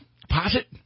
Deposit